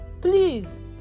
please